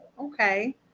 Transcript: okay